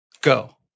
go